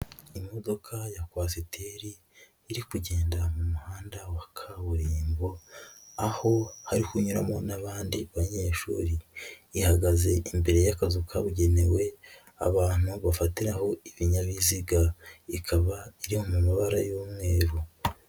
Imodoka ya kwasiteri iri kugenda mu muhanda wa kaburimbo aho harikuyuramo n'abandi banyeshuri, ihagaze imbere y'akazu kabugenewe abantu bafatiraho ibinyabiziga, ikaba iri mu mabara y'umweru.